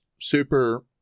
super